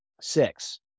six